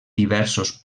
diversos